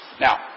Now